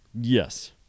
yes